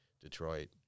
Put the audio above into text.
Detroit